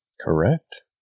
Correct